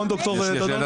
נכון, ד"ר דאדון?